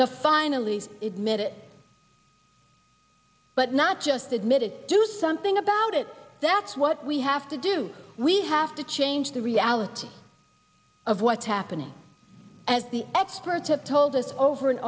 to finally admit it but not just admitted do something about it that's what we have to do we have to change the reality of what's happening as the experts have told us over and